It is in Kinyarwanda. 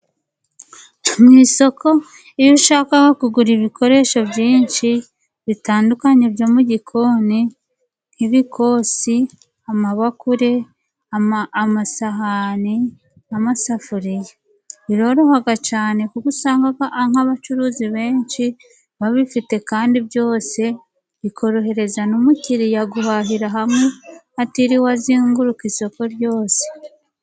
Mu isoko iyo ushaka kugura ibikoresho byinshi bitandukanye byo mu gikoni nk'ibikosi, amabakure, amasahani, n'amasafuriya. Biroroha cyane kuko usanga nk'abacuruzi benshi babifite kandi byose bikorohereza n'umukiriya guhahira hamwe atiriwe azenguruka isoko ryose.